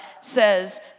says